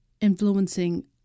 influencing